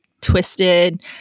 twisted